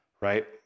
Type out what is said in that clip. right